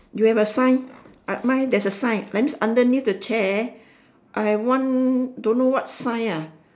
you have a sign but mine there's a sign that means underneath the chair I've one don't know what sign ah